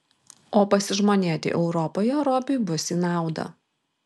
o pasižmonėti europoje robiui bus į naudą